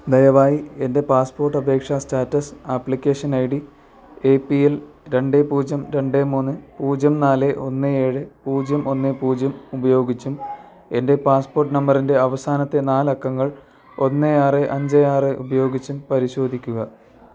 ദയവായി എൻ്റെ പാസ്പോട്ട് അപേക്ഷാ status application I D A P L രണ്ട് പൂജ്യം രണ്ട് മൂന്ന് പൂജ്യം നാല് ഒന്ന് ഏഴ് പൂജ്യം ഒന്ന് പൂജ്യം ഉപയോഗിച്ചും എൻ്റെ പാസ്പോട്ട് നമ്പറിൻ്റെ അവസാനത്തെ നാല് അക്കങ്ങൾ ഒന്ന് ആറ് അഞ്ച് ആറ് ഉപയോഗിച്ചും പരിശോധിക്കുക